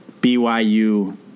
BYU